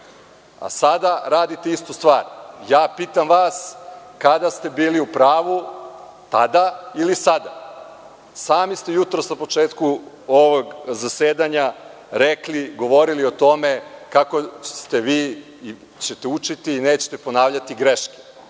a sada radite istu stvar. Pitam vas – kada ste bili u pravu, tada ili sada? Sami ste jutros, na početku ovog zasedanja, rekli, govorili o tome kako ćete učiti i nećete ponavljati greške.